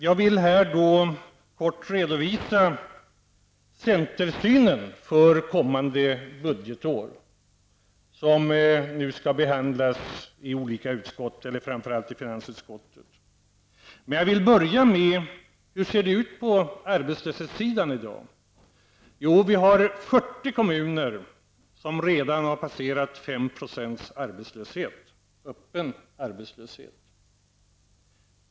Jag vill här kort redovisa centerns syn på de infrastrukturfrågor som skall behandlas i olika utskott, framför allt finansutskottet, under kommande budgetår. Men jag vill börja med en annan fråga. Hur ser det i dag ut på arbetslöshetssidan? Jo, vi har 40 kommuner som redan har passerat 5 % öppen arbetslöshet.